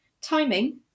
timing